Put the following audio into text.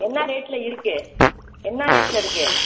என்ன ரேட்டில் இருக்குது என்ன ரேட்டில் இருக்குது